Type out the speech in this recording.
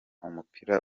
umupira